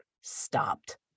stopped